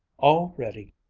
all ready,